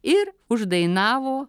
ir uždainavo